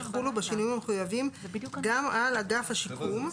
יחולו בשינויים המחויבים גם על אגף השיקום,